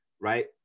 right